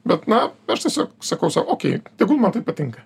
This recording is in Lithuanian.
bet na aš tiesiog sakau sau okei tegul man tai patinka